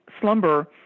slumber